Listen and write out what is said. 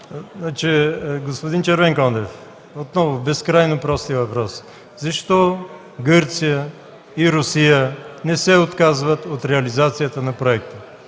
(КБ): Господин Червенкондев, отново безкрайно простият въпрос: защо Гърция и Русия не се отказват от реализацията на проекта?